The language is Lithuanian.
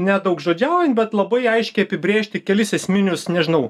nedaugžodžiaujan bet labai aiškiai apibrėžti kelis esminius nežinau